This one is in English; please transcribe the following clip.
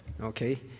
Okay